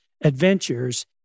adventures